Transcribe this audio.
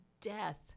death